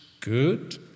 good